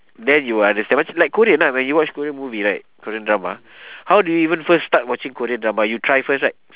then you will understand it's like korean lah when you watch korean movie right korean drama how do you even first start watching korean drama you try first right